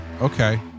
okay